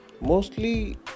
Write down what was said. Mostly